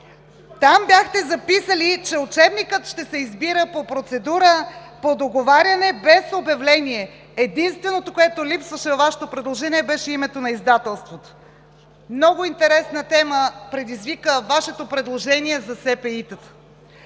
Там бяхте записали, че учебникът ще се избира по процедура, по договаряне, без обявление. Единственото, което липсваше във Вашето предложение, беше името на издателството. Много интересна тема предизвика Вашето предложение за СПИ-тата